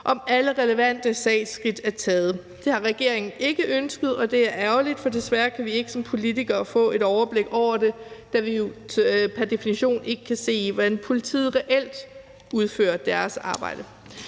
om alle relevante sagsskridt er taget. Det har regeringen ikke ønsket, og det er ærgerligt, for desværre kan vi ikke som politikere få et overblik over det, da vi jo pr. definition ikke kan se, hvordan politiet reelt udfører deres arbejde.